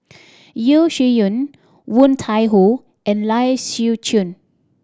Yeo Shih Yun Woon Tai Ho and Lai Siu Chiu